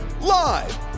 Live